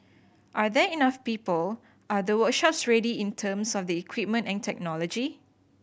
are there enough people are the workshops ready in terms of the equipment and technology